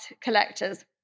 collectors